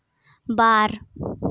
ᱵᱟᱨ